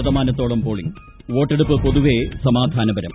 ശതമാനത്തോളം പോളിംഗ് വോട്ടെടുപ്പ് പൊതുവെ സമാധാന പരം